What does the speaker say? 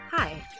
Hi